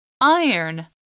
Iron